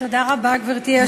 תודה רבה, גברתי היושבת-ראש.